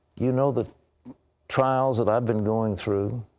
you know the trials that ive been going through.